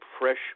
fresh